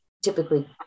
typically